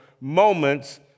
moments